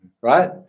Right